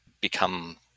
become